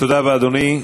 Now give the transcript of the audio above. תודה רבה, אדוני.